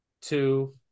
two